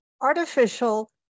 artificial